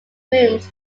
rooms